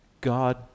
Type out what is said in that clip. God